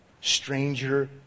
stranger